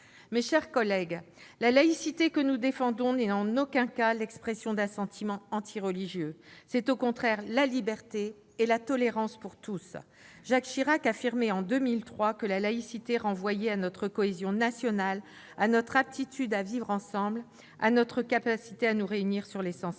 Mes chers collègues, la laïcité que nous défendons n'est en aucun cas l'expression d'un sentiment antireligieux. C'est, au contraire, la liberté et la tolérance pour tous. Jacques Chirac affirmait en 2003 que le débat sur la laïcité renvoyait « à notre cohésion nationale, à notre aptitude à vivre ensemble, à notre capacité à nous réunir sur l'essentiel ».